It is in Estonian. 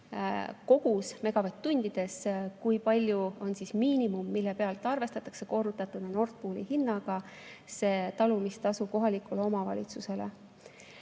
kogus megavatt-tundides, kui palju on miinimum, mille pealt arvestatakse korrutatuna Nord Pooli hinnaga see talumistasu kohalikul omavalitsusel.